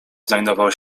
znajdował